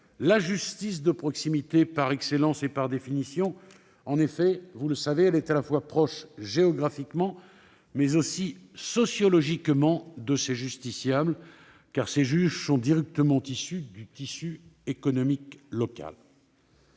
la justice de proximité par excellence et par définition. En effet, elle est à la fois proche géographiquement et sociologiquement de ses justiciables, car ses juges viennent directement du tissu économique local.